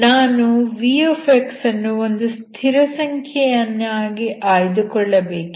ನಾನು v ಅನ್ನು ಒಂದು ಸ್ಥಿರಸಂಖ್ಯೆಯಾಗಿ ಆಯ್ದು ಕೊಳ್ಳಬೇಕಿದೆ